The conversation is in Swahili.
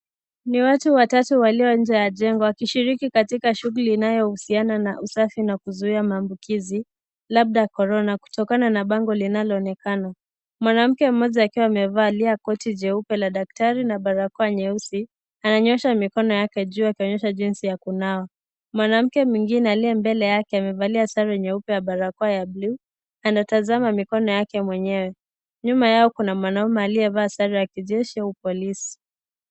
Ni watu watatu walio katika nje ya jengo wakishiriki katika shughuli inayohusiana na usafi na kuzuia maambukizi, labda korona kutokana na bango linaloonekana. Mwanamke mmoja akiwa amevalia koti jeupe la daktari na barakoa jeusi ananyoonsha mikono yake juu akionyesha jinsi ya kunawa. Mwanamke mwengine aliye mbele yake amevalia sare nyeupe na barakoa ya buluu anatazama mikono yake mwenyewe. Nyuma yake kuna mwanamume aliyevaa sare ya kijeshi au polisi.